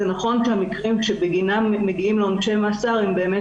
זה נכון שהמקרים שבגינם מגיעים לעונשי מאסר הם באמת